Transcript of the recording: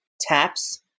Taps